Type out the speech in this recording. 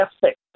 perfect